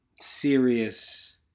Serious